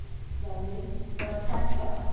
slowly, foot by foot,